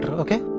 okay?